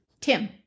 Tim